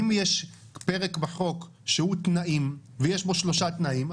אם יש פרק בחוק שהוא תנאי ויש בו שלושה תנאים,